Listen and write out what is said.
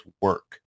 work